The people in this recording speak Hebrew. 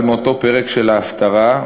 אבל מאותו פרק של ההפטרה,